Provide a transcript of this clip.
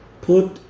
put